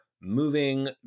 moving